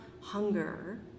hunger